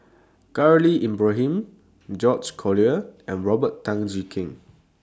Khalil Ibrahim George Collyer and Robert Tan Jee Keng